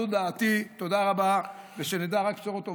זו דעתי, תודה רבה, ושנדע רק בשורות טובות.